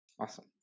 Awesome